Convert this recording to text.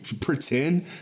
pretend